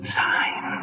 sign